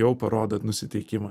jau parodo nusiteikimą